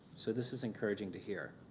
so this is encouraging to hear.